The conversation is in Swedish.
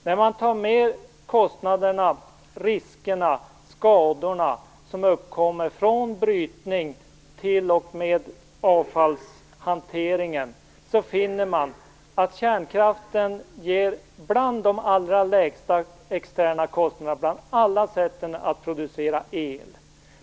När man tar med de kostnader, risker och skador som uppkommer från brytningen t.o.m. avfallshanteringen finner man att kärnkraften ger bland de allra lägsta externa kostnaderna bland alla sätt att producera el.